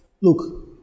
Look